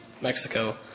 Mexico